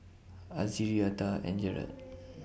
Azzie Reatha and Jarrett